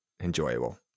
enjoyable